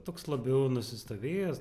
toks labiau nusistovėjęs